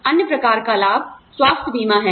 अन्य प्रकार का लाभ स्वास्थ्य बीमा है